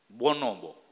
bonobo